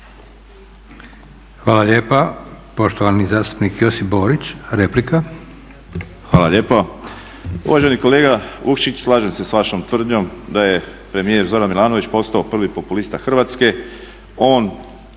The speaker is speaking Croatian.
Hvala lijepa. Poštovani zastupnik Josip Borić, replika. **Borić, Josip (HDZ)** Hvala lijepo. Uvaženi kolega Vukšić slažem se s vašom tvrdnjom da je premijer Zoran Milanović postao prvi populista Hrvatske,